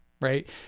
Right